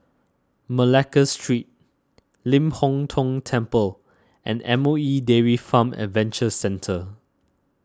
Malacca Street Ling Hong Tong Temple and M O E Dairy Farm Adventure Centre